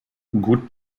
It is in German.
gut